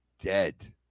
dead